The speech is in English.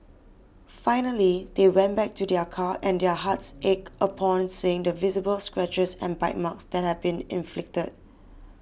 finally they went back to their car and their hearts ached upon seeing the visible scratches and bite marks that had been inflicted